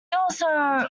also